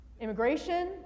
Immigration